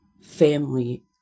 family